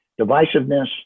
divisiveness